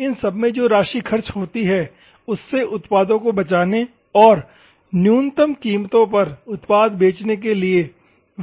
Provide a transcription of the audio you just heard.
इन सब में जो राशि खर्च होती है उससे उत्पादों को बचाने और न्यूनतम कीमतों पर उत्पाद बेचने के लिए